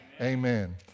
Amen